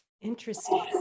Interesting